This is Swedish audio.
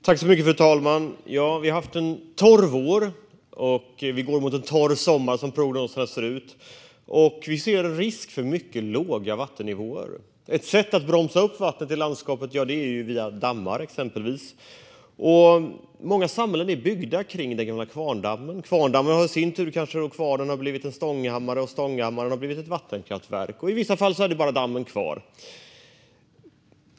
Fru talman! Vi har haft en torr vår, och vi går mot en torr sommar, som prognoserna ser ut. Vi ser en risk för mycket låga vattennivåer. Ett sätt att bromsa upp vattnet i landskapet är att använda sig av dammar, exempelvis. Många samhällen är byggda kring den gamla kvarndammen. Kvarnen har i sin tur kanske blivit en stånghammare, och stånghammaren har blivit ett vattenkraftverk. I vissa fall är det bara dammen kvar.